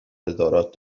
ادارات